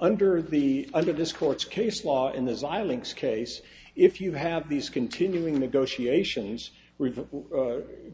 under the under this court's case law in this xilinx case if you have these continuing negotiations